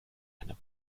eine